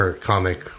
comic